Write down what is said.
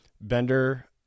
Bender